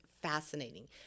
fascinating